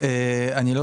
רוסיה